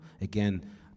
again